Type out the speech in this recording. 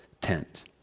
tent